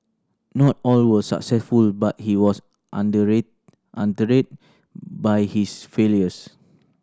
not all were successful but he was under read undeterred by his failures